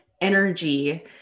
energy